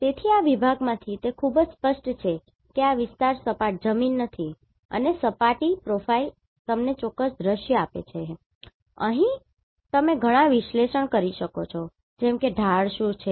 તેથી આ વિભાગમાંથી તે ખૂબ જ સ્પષ્ટ છે કે આ વિસ્તાર સપાટ જમીન નથી અને સપાટી પ્રોફાઇલ તમને ચોક્કસ દૃશ્ય આપે છે અને અહીં તમે ઘણાં વિશ્લેષણ કરી શકો છો જેમ કે આ ઢાળ શું છે